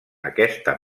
aquesta